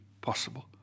possible